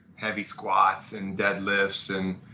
heavy squats and dead lifts and,